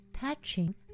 touching